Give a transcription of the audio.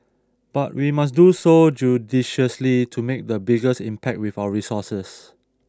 but we must do so judiciously to make the biggest impact with our resources